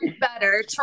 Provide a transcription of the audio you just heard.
better